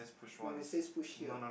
no it says push here